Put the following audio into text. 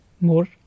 more